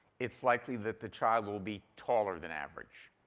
it's likely that the child will be taller than average.